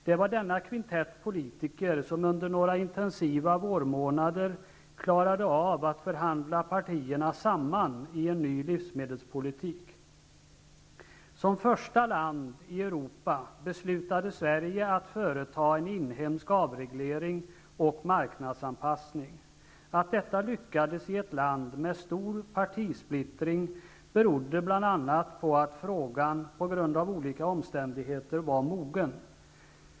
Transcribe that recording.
Det var denna kvintett politiker som under några intensiva vårmånader klarade av att förhandla partierna samman i en ny livsmedelspolitik. Som första land i Europa beslutade Sverige att företa en inhemsk avreglering och marknadsanpassning. Att detta lyckades i ett land med stor partisplittring berodde bl.a. på att frågan på grund av olika omständigheter var mogen.